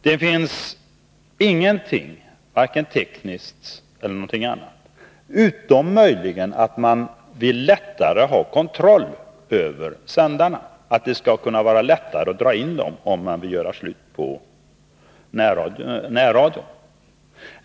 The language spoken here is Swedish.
Det finns inte vare sig tekniska eller andra skäl, utom möjligen att man vill lättare få kontroll över sändarna — man vill lättare kunna dra in dem, om man vill göra slut på närradion.